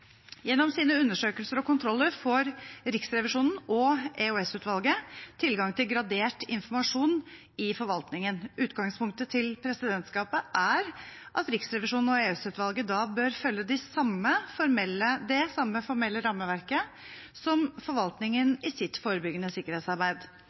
Gjennom sine undersøkelser og kontroller får Riksrevisjonen og EOS-utvalget tilgang til gradert informasjon i forvaltningen. Utgangspunktet til presidentskapet er at Riksrevisjonen og EOS-utvalget da bør følge det samme formelle rammeverket som forvaltningen i sitt forebyggende sikkerhetsarbeid. Det